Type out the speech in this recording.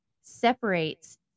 separates